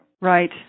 Right